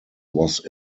was